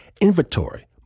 inventory